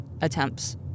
attempts